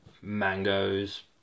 mangoes